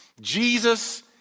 Jesus